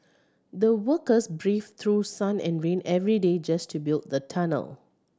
the workers braved through sun and rain every day just to build the tunnel